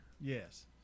Yes